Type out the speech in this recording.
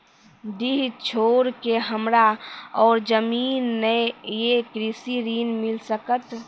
डीह छोर के हमरा और जमीन ने ये कृषि ऋण मिल सकत?